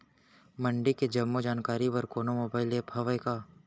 मंडी के जम्मो जानकारी बर कोनो मोबाइल ऐप्प हवय का?